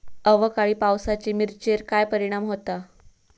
अवकाळी पावसाचे मिरचेर काय परिणाम होता?